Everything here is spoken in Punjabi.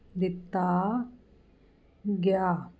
ਦਿੱਤਾ ਗਿਆ